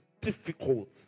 difficult